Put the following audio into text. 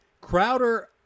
Crowder